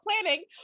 planning